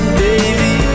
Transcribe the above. baby